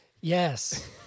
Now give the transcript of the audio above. Yes